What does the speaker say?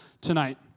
tonight